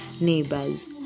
neighbors